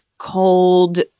cold